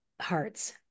hearts